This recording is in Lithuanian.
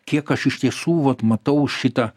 kiek aš iš tiesų vat matau šitą